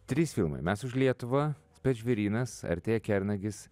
trys filmai mes už lietuvą spec žvėrynas artėja kernagis